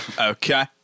Okay